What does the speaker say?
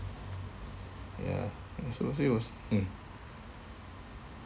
ya so so it was mm